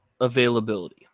availability